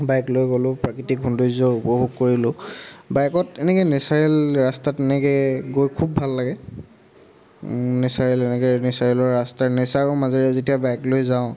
bike লৈ গলোঁ প্ৰাকৃতিক সৌন্দৰ্য উপভোগ কৰিলোঁ বাইকত এনেকৈ নেচাৰেল ৰাস্তাত এনেকৈ গৈ খুব ভাল লাগে নেচাৰেল এনেকৈ নেচাৰেলৰ ৰাস্তা নেচাৰৰ মাজেৰে যেতিয়া বাইক লৈ যাওঁ